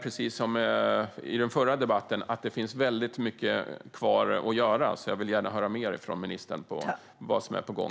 Precis som i den förra debatten ser jag att det finns väldigt mycket kvar att göra, så jag vill gärna höra mer från ministern om vad som är på gång.